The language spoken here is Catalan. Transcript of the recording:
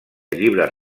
llibres